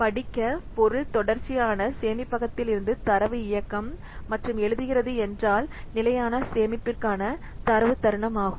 படிக்க பொருள் தொடர்ச்சியான சேமிப்பகத்திலிருந்து தரவு இயக்கம் மற்றும் எழுதுகிறது என்றால் நிலையான சேமிப்பிற்கான தரவு தருணம் ஆகும்